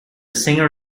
singer